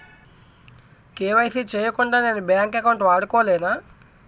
KYC చేయకుండా నేను bank account వాడుకొలేన?